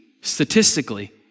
statistically